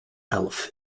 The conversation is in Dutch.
elf